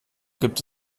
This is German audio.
gibt